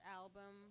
album